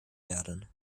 werden